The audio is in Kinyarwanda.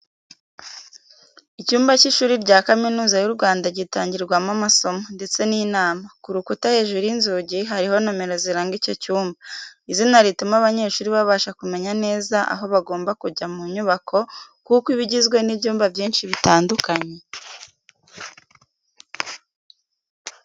Icyumba cy’ishuri rya Kaminuza y’u Rwanda gitangirwamo amasomo, ndetse n'inama, ku rukuta hejuru y’inzugi hariho nomero ziranga icyo cyumba. Izina rituma abanyeshuri babasha kumenya neza aho bagomba kujya mu nyubako kuko iba igizwe n’ibyumba byinshi bitandukanye.